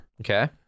Okay